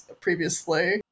previously